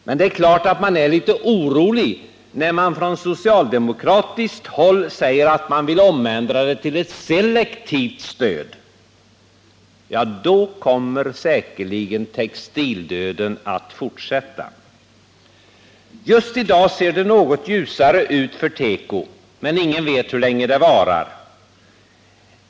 Men det är klart att det inger en viss oro när man från socialdemokratiskt håll säger att man vill omändra detta stöd till ett selektivt stöd. I så fall kommer säkerligen textildöden att fortsätta. Just f. n. ser det något ljusare ut för teko, men ingen vet hur länge det varar.